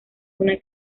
una